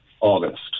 August